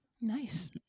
Nice